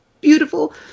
beautiful